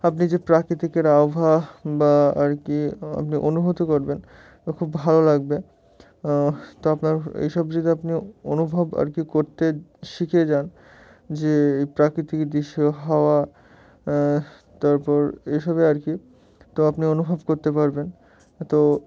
আপনি যে প্রাকৃতিকের আবহাওয়া বা আর কি আপনি অনুভূতি করবেন খুব ভালো লাগবে তো আপনার এইসব যদি আপনি অনুভব আর কি করতে শিখিয়ে যান যে এই প্রাকৃতিক দৃশ্যে হাওয়া তারপর এসবে আর কি তো আপনি অনুভব করতে পারবেন তো